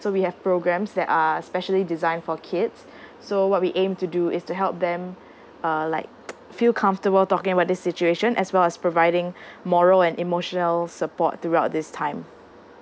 so we have programmes that are specially designed for kids so what we aim to do is to help them uh like feel comfortable talking about this situation as well as providing moral and emotional support throughout this time